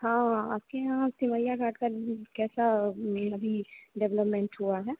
हाँ आपके यहाँ सिमरिया घाट का कैसा अभी डेवलेपमेंट हुआ है